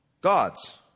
God's